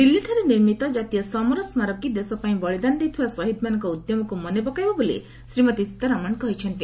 ଦିଲ୍ଲୀଠାରେ ନିର୍ମିତ ଜାତୀୟ ସମର ସ୍କାରକୀ ଦେଶ ପାଇଁ ବଳିଦାନ ଦେଇଥିବା ଶହୀଦମାନଙ୍କ ଉଦ୍ୟମକୁ ମନେ ପକାଇବ ବୋଲି ଶ୍ରୀମତୀ ସୀତାରମଣ କହିଛନ୍ତି